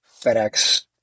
FedEx